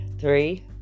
three